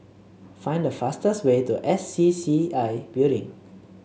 find the fastest way to S C C I Building